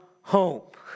hope